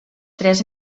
tres